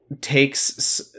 takes